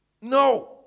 No